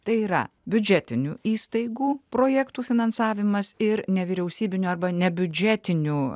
tai yra biudžetinių įstaigų projektų finansavimas ir nevyriausybinių arba nebiudžetinių